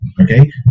Okay